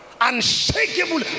unshakable